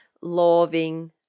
loving